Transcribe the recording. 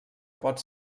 pot